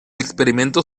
experimento